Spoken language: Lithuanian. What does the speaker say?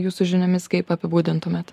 jūsų žiniomis kaip apibūdintumėt